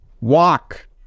Walk